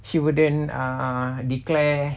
she wouldn't err declare